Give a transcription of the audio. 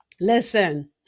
listen